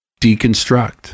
deconstruct